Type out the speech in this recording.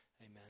Amen